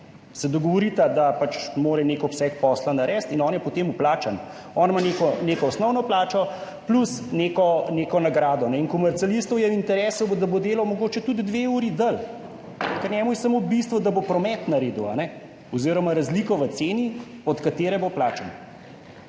se dogovorita, da pač mora nek obseg posla narediti in on je po tem plačan, on ima neko osnovno plačo plus neko nagrado. In komercialistu je v interesu, da bo delal mogoče tudi dve uri dlje, ker je njemu bistveno, da bo naredil promet oziroma razliko v ceni, od katere bo plačan.